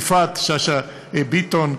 יפעת שאשא ביטון,